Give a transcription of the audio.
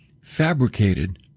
fabricated